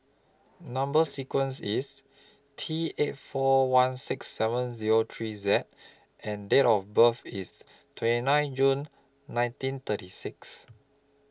Number sequence IS T eight four one six seven Zero three Z and Date of birth IS twenty nine June nineteen thirty six